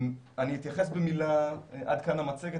ונושא של דליפה של המידע פה נכנסים היבטי הסייבר,